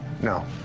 No